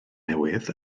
newydd